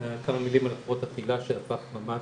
כמה מילים על הפרעות אכילה שהפך ממש,